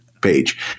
page